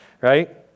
right